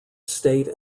state